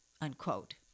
unquote